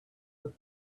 but